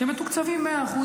שמתוקצבים 100%,